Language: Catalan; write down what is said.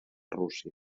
rússia